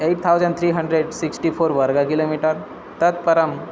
eight thousand three hundred sixty four वर्ग kilometre तत् परं